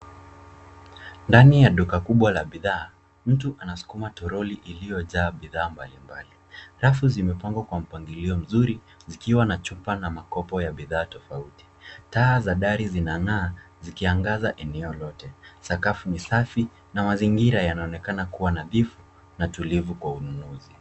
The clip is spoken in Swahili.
Ndani ya duka kubwa la bidhaa, mtu anasukuma toroli iliyojaa bidhaa mbalimbali. Rafu zimepangwa kwa mpangilio mzuri zikiwa na chupa na makopo ya bidhaa tofauti. Taa za dari zinang'aa zikiangaza eneo lote. Sakafu ni safi na mazingira yanaonekana kuwa nadhifu na tulivu kwa ununuzi.